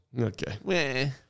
Okay